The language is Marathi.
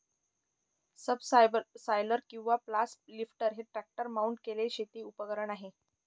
सबसॉयलर किंवा फ्लॅट लिफ्टर हे ट्रॅक्टर माउंट केलेले शेती उपकरण आहे